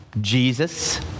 Jesus